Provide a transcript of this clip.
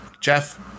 Jeff